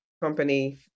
company